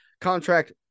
contract